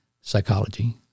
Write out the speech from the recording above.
psychology